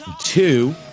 Two